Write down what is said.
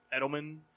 Edelman